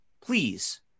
Please